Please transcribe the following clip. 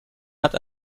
hat